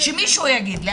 שמישהו יגיד לי.